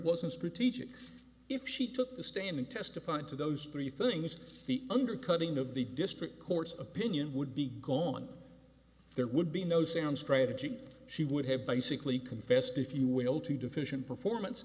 wasn't strategic if she took the stand and testified to those three things the undercutting of the district court's opinion would be gone there would be no sound strategy she would have basically confessed if you will to deficient performance